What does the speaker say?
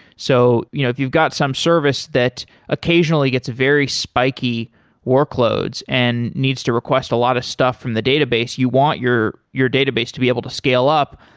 so you know if you've got some service that occasionally gets very spiky workloads and needs to request a lot of stuff from the database, you want your your database to be able to scale up,